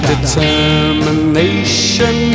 Determination